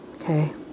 Okay